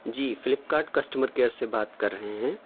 جی Flipkart customer care سے بات کر رہے ہیں